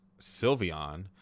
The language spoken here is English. Sylveon